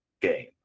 game